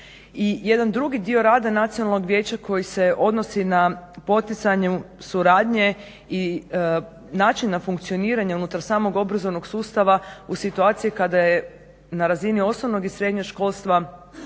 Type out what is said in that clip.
jedan drugi dio rada Nacionalnog vijeća koji se odnosi na poticanje suradnje i načina funkcioniranja unutar samog obrazovnog sustava u situaciji kada je na razini osnovnog i srednjeg školstva